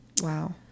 Wow